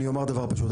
אני אומר דבר פשוט,